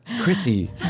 Chrissy